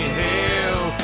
hell